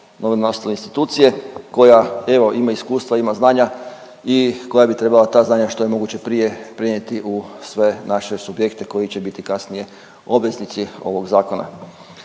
novo nastale institucije, koja evo ima iskustva, ima znanja i koja bi trebala ta znanja što je moguće prije prenijeti u sve naše subjekte koji će biti obveznici ovog zakona.